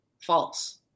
false